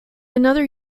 another